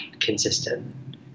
consistent